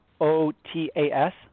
O-T-A-S